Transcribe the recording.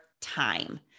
time